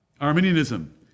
Arminianism